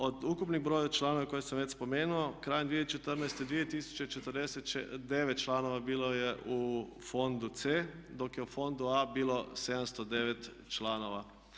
Od ukupnog broja članova koje sam već spomenuo krajem 2014. 2049 članova je bilo u fondu C dok je u fondu A bilo 709 članova.